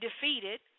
defeated